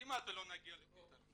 כמעט ולא נגיע לפתרון.